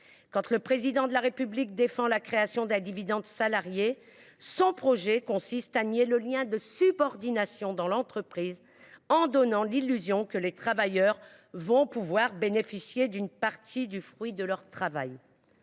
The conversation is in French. le Président de la République défend la création d’un « dividende salarié », son projet consiste à nier le lien de subordination qui existe dans l’entreprise en donnant l’illusion que les travailleurs pourront profiter d’une partie du fruit de leur travail.